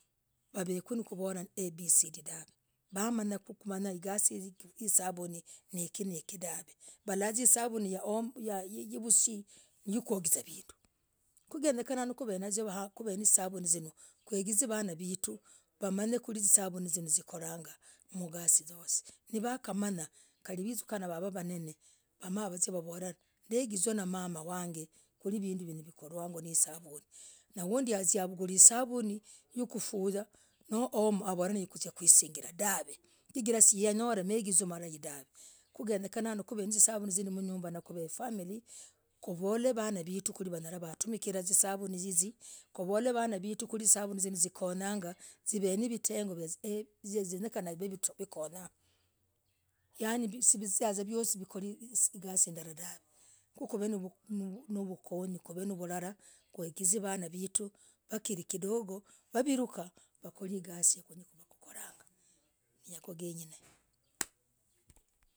Vavekuu nokovorah a b c d dahv wamanyahkuu niikii niikii dahv wamanyah vuzaaa hisabuni ya omo noo ya vusii nieekugizah vinduu kwenyana kuvenanzwoo yahaa kuvunazisabunii kuiginah vanaa vetuu wamanye kurii isabuni zikolah gaah mgasii yosii nivakamanyaa kali visukaa vavoo vanene mavazie no navavoolah ligizwa namamah wag kwiri vinduu virangwa n sabuni undii azia avugilah hesabuni yokufuyah no omo avol niyakusigirah chigirah siyanyorah maiginzo malai dahv ku genyekana kuvenazisabuni zil mnyumbah nav na family kuvol vanaa vituu kuriiwanya kumikirah zisabuni hiziii kuvol vanaa vituu kwiri zisabuni zikonyaanga zii venevitengo zinyekana zoosii zikonyaanga zikolah zigasii ndalaah dahv kuu kuvenuvukonyi ku kuvenovulalalah gwigeze vanaa vetuu wakirii kidogo wavirukah wakor igasii iva kunyii kukorahgah niago geng'ine asante.